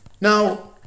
Now